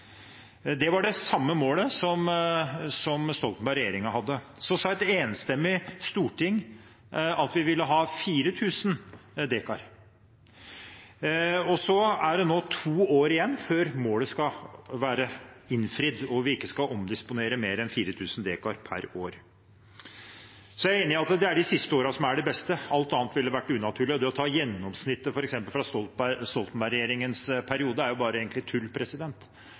Det var det samme målet som Stoltenberg-regjeringen hadde. Så sa et enstemmig storting at en ville ha 4 000 dekar. Det er nå to år igjen før målet skal være innfridd og vi ikke skal omdisponere mer enn 4 000 dekar per år. Jeg er enig i at det er de siste årene som er de beste, alt annet ville vært unaturlig. Det å bruke gjennomsnittet i f.eks. Stoltenberg-regjeringens periode er egentlig bare tull.